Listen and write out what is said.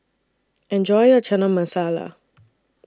Enjoy your Chana Masala